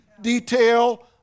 detail